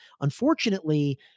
Unfortunately